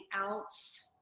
else